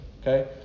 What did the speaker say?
Okay